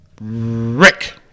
Rick